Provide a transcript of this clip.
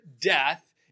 death